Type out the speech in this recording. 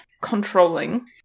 controlling